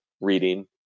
reading